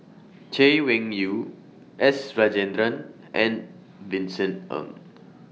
Chay Weng Yew S Rajendran and Vincent Ng